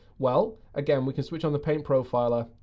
well, again, we can switch on the paint profiler,